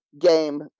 game